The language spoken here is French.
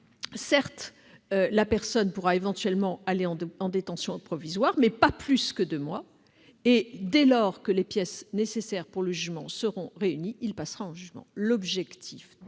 certes, éventuellement aller en détention provisoire, mais pas plus que deux mois. Dès lors que les pièces nécessaires pour le jugement seront réunies, elle passera en jugement. Par cette